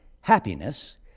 happiness